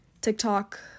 TikTok